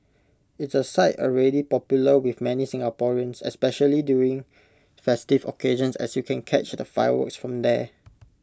it's A site already popular with many Singaporeans especially during festive occasions as you can catch the fireworks from there